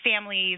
families